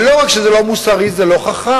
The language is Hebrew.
ולא רק שזה לא מוסרי, זה לא חכם,